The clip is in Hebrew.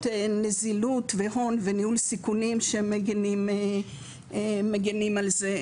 נזילות והון וניהול סיכונים שמגנים על זה,